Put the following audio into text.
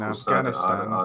Afghanistan